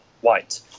white